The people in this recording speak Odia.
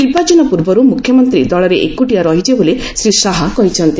ନିର୍ବାଚନ ପୂର୍ବରୁ ମୁଖ୍ୟମନ୍ତ୍ରୀ ଦଳରେ ଏକୁଟିଆ ରହିଯିବେ ବୋଲି ଶ୍ରୀ ଶାହା କହିଛନ୍ତି